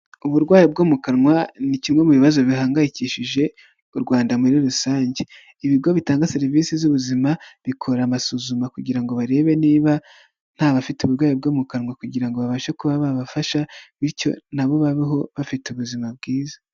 Uburwayi bwo mu kanwa ni kimwe mu bibazo bihangayikishije u Rwanda muri rusange, ibigo bitanga serivisi z'ubuzima bikora amasuzuma kugira ngo barebe niba ntabafite uburwayi bwo mu kanwa kugira ngo babashe kuba babafasha bityo nabo babeho bafite ubuzima bwiza.